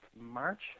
March